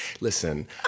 Listen